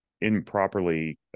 improperly